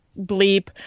bleep